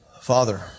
Father